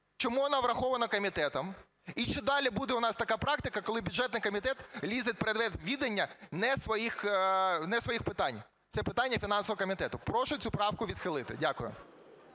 Чому вона врахована комітетом? І чи далі буде у нас така практика, коли бюджетний комітет лізе в предмет відання не своїх питань, це питання фінансового комітету? Прошу цю правку відхилити. Дякую.